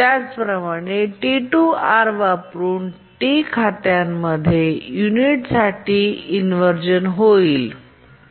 त्याचप्रमाणे T2 R वापरुन T खात्यामुळे युनिटसाठी इन्व्हरझन होईल